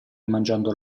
mangiando